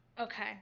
okay